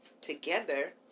together